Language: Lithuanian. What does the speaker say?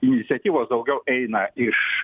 iniciatyvos daugiau eina iš